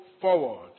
forward